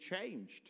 changed